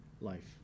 life